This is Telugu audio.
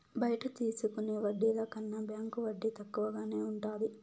బయట తీసుకునే వడ్డీల కన్నా బ్యాంకు వడ్డీ తక్కువగానే ఉంటది